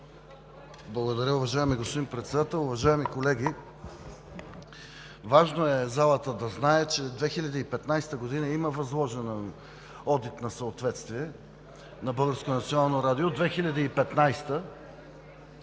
Благодаря. Уважаеми господин Председател, уважаеми колеги! Важно е залата да знае, че в 2015 г. има възложен одит на съответствие на Българското